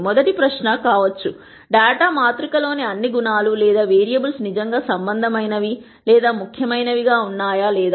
మొదటి ప్రశ్న కావచ్చు డేటా మాతృక లోని అన్ని గుణాలు లేదా వేరియబుల్స్ నిజంగా సంబంధమైనవి లేదా ముఖ్యమైనవిగా ఉన్నాయా